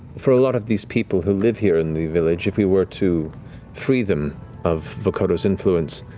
for a lot of these people who live here in the village, if we were to free them of vokodo's influence,